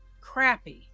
crappy